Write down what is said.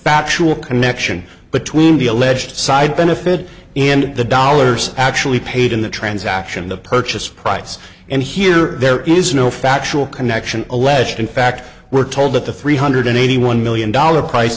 batu a connection between the alleged side benefit and the dollars actually paid in the transaction the purchase price and here there is no factual connection alleged in fact we're told that the three hundred eighty one million dollars pri